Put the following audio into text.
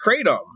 Kratom